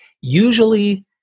Usually